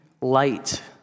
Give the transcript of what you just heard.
light